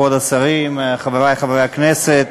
השרים, חברי חברי הכנסת,